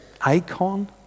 Icon